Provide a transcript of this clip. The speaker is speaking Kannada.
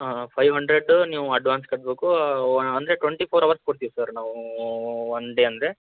ಹಾಂ ಫೈವ್ ಹಂಡ್ರೆಡ್ಡು ನೀವು ಅಡ್ವಾನ್ಸ್ ಕಟ್ಬೇಕು ವ ಅಂದರೆ ಟ್ವೆಟಿ ಫೋರ್ ಅವರ್ಸ್ ಕೊಡ್ತೀವಿ ಸರ್ ನಾವು ಒನ್ ಡೇ ಅಂದರೆ